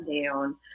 down